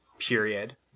period